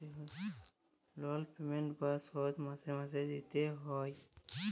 লল পেমেল্ট বা শধ মাসে মাসে দিইতে হ্যয়